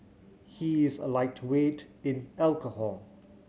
he is a lightweight in alcohol